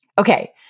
Okay